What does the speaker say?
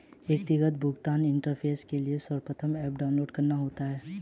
एकीकृत भुगतान इंटरफेस के लिए सर्वप्रथम ऐप डाउनलोड करना होता है